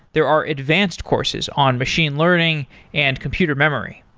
there are advanced courses on machine learning and computer memory.